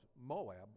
Moab